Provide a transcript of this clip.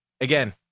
again